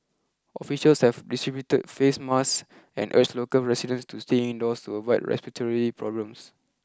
officials have distributed face masks and urged local residents to stay indoors to avoid respiratory problems